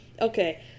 Okay